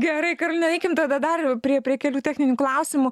gerai karolina eikim tada dar prie prie kelių techninių klausimų